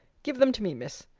give them to me, miss.